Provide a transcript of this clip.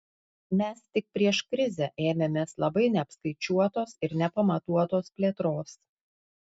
mes tik prieš krizę ėmėmės labai neapskaičiuotos ir nepamatuotos plėtros